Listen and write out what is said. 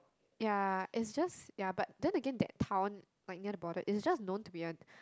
ya it's just ya but then again that town near the border is just known to be a